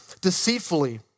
deceitfully